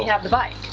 have the bike,